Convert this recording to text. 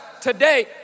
today